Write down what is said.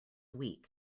week